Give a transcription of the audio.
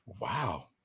Wow